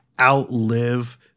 outlive